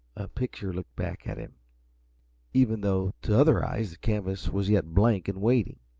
picture looked back at him even though to other eyes the canvas was yet blank and waiting.